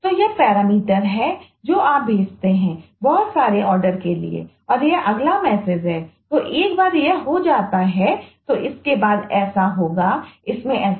तो एक बार यह हो जाता है तो इसमें ऐसा होगा इसमें ऐसा